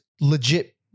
legit